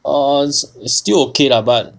err is still okay lah but